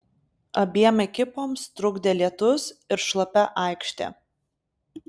abiem ekipoms trukdė lietus ir šlapia aikštė